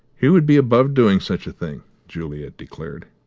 he would be above doing such a thing! juliet declared.